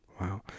Wow